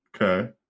okay